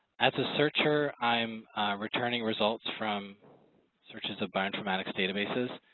as a searcher i'm returning results from searches of bioinformatics databases